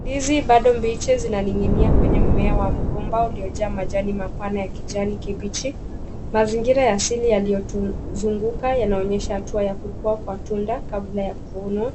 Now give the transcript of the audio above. Ndizi bado mbichi zinaning'inia kwenye mmea wa mgomba uliojaa majani mapana ya kijani kibichi. Mazingira ya asili yaliyotuzunguka yanaonyesha hatua ya kukuwa kwa tunda kabla ya kuvunwa.